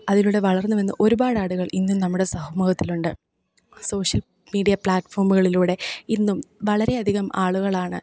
അതിലൂടെ വളർന്നു വന്ന ഒരുപാടാളുകൾ ഇന്നും നമ്മുടെ സമൂഹത്തിലുണ്ട് സോഷ്യൽ മീഡിയ പ്ലാറ്റ്ഫോമുകളിലൂടെ ഇന്നും വളരേയധികം ആളുകളാണ്